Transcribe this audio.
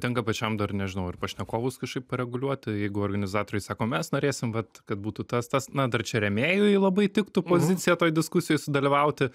tenka pačiam dar nežinau ir pašnekovus kažkaip pareguliuoti jeigu organizatoriai sako mes norėsim vat kad būtų tas tas na dar čia rėmėjui labai tiktų pozicija toj diskusijoj sudalyvauti